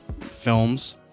films